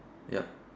yup